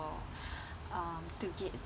for um to get